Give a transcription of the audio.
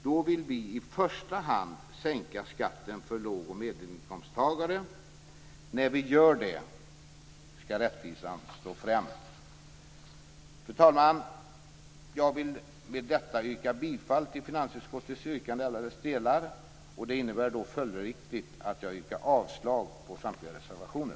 Då vill vi i första hand sänka skatten för låg och medelinkomsttagare. När vi gör det skall rättvisan stå främst. Fru talman! Jag vill med detta yrka bifall till finansutskottets hemställan i alla dess delar. Det innebär följdriktigt att jag yrkar avslag på samtliga reservationer.